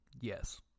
Yes